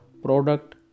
product